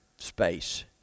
space